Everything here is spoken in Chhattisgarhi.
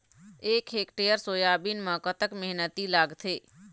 एक हेक्टेयर सोयाबीन म कतक मेहनती लागथे?